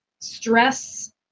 Stress